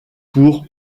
pour